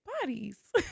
Bodies